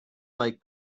like